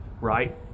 right